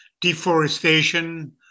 deforestation